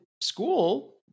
school